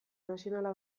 nazionala